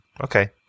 Okay